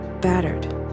battered